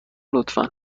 لطفا